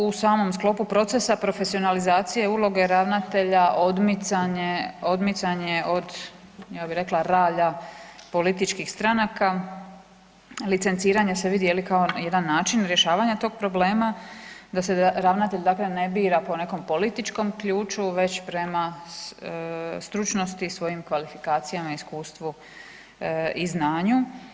U samom sklopu procesu profesionalizaciju uloge ravnatelja, odmicanje od, ja bih rekla ralja političkih stranaka, licenciranje se vidi kao jedan način rješavanja tog problema, da se ravnatelj dakle ne bira po nekom političkom ključu, već prema stručnosti i svojim kvalifikacijama, iskustvu i znanju.